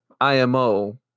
IMO